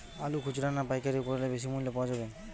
আলু খুচরা না পাইকারি করলে বেশি মূল্য পাওয়া যাবে?